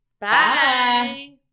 Bye